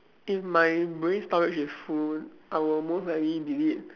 if my brain storage is full I will most likely delete